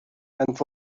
and